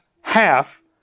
half